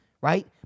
right